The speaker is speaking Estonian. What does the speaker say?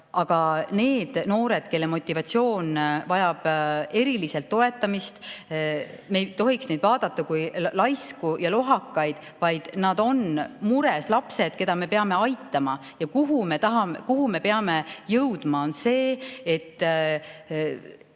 Aga neid noori, kelle motivatsioon vajab eriliselt toetamist, ei tohiks me vaadata kui laisku ja lohakaid. Nad on mures lapsed, keda me peame aitama. Kuhu me tahame jõuda, kuhu